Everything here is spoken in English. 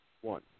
one